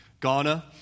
Ghana